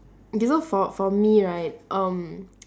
okay so for for me right um